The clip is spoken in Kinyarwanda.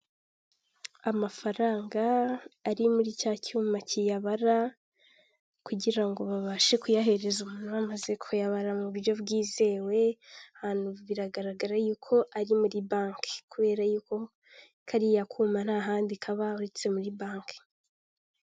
Amafaranga ari muri cya cyuma kiyabara kugira ngo babashe kuyahereza umuntu bamaze kuyabara mu buryo bwizewe; hano biragaragara yuko ari muri banki kubera yuko kariya kuma ntahandi kaba uretse muri banki.